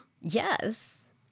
Yes